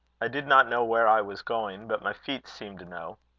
i did not know where i was going but my feet seemed to know.